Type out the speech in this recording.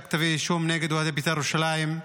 כתבי אישום נגד אוהדי בית"ר ירושלים,